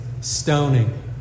stoning